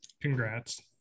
Congrats